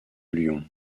lyon